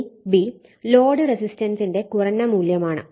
ഇനി ലോഡ് റെസിസ്റ്റൻസിന്റെ കുറഞ്ഞ മൂല്യമാണ്